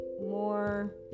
more